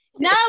no